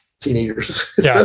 teenagers